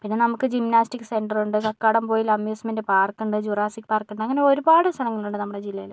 പിന്നെ നമുക്ക് ജിംനാസ്റ്റിക് സെന്ററുണ്ട് കടംബോയില് അമ്യൂസ്മെന്റ് പാർക്കുണ്ട് ജുറാസിക് പാർക്കുണ്ട് അങ്ങനെ ഒരുപാട് സ്ഥലങ്ങളുണ്ട് നമ്മടെ ജില്ലയില്